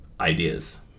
ideas